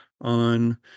on